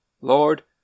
Lord